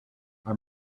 our